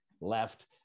left